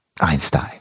Einstein